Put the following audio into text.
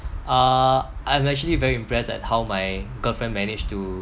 uh I'm actually very impressed at how my girlfriend managed to